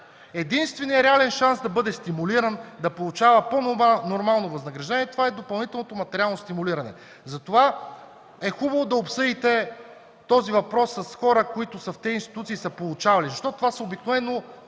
единственият реален шанс да бъде стимулиран, да получава по-нормално възнаграждение, е допълнителното материално стимулиране. Хубаво е да обсъдите този въпрос с хора, които са в тези институции и са получавали. Обикновено